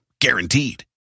Guaranteed